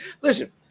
listen